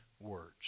words